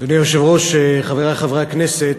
אדוני היושב-ראש, חברי חברי הכנסת,